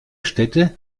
städte